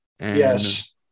Yes